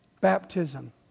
baptism